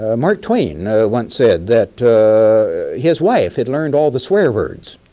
ah mark twain once said that his wife had learned all the swear words,